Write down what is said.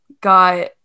got